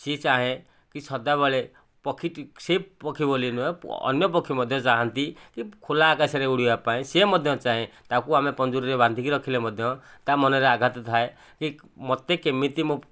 ସେ ଚାହେଁକି ସଦାବେଳେ ପକ୍ଷୀଟି ସେ ପକ୍ଷୀ ବୋଲି ନୁହେଁ ଅନ୍ୟ ପକ୍ଷୀ ମଧ୍ୟ ଚାହାଁନ୍ତି କି ଖୋଲା ଆକାଶରେ ଉଡ଼ିବା ପାଇଁ ସେ ମଧ୍ୟ ଚାହେଁ ତାକୁ ଆମେ ପଞ୍ଜୁରୀରେ ବାନ୍ଧିକି ରଖିଲେ ମଧ୍ୟ ତା' ମନରେ ଆଘାତ ଥାଏ କି ମୋତେ କେମିତି ମୋ